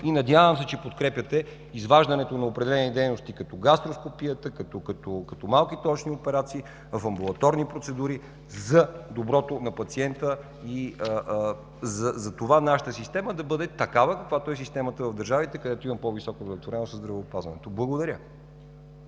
и надявам се, че подкрепяте изваждането на определени дейности, като гастроскопията, като малките очни операции в амбулаторни процедури за доброто на пациента и за това нашата система да бъде такава, каквато е системата в държавите, където има по-висока удовлетвореност от здравеопазването. Благодаря.